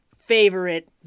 Favorite